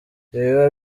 ibiba